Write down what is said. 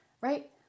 right